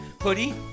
hoodie